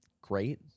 great